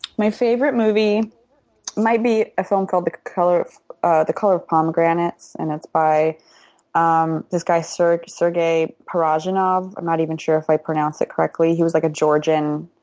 my favorite movie might be a film called the color ah the color of pomegranates and it's by um this guy sergei sergei parajanov. i'm not even sure if i pronounced it correctly. he was like a georgian